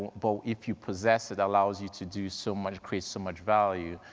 but if you possess it allows you to do so much, create so much value,